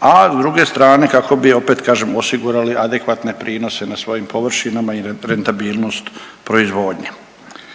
a s druge strane kako bi opet kažem osigurali adekvatne prinose na svojim površinama i rentabilnost proizvodnje.